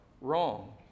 wrong